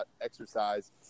exercise